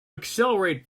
accelerate